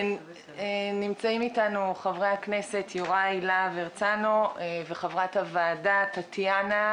נמצאים איתנו חברי הכנסת יוראי להב הרצנו וחברת הוועדה טטיאנה